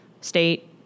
state